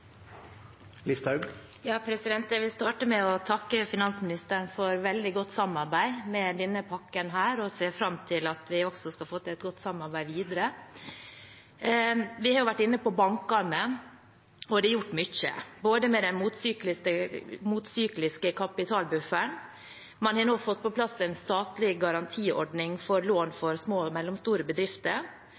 krevende tiden. Jeg vil starte med å takke finansministeren for veldig godt samarbeid om denne pakken og ser fram til at vi også skal få til et godt samarbeid videre. Vi har jo vært inne på bankene, og det er gjort mye, bl.a. med den motsykliske kapitalbufferen. Man har nå fått på plass en statlig garantiordning for lån til små og mellomstore bedrifter.